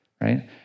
right